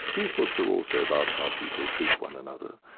these books are also about how people treat one another,